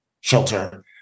shelter